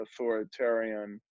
authoritarian